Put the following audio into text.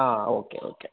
ആ okay okay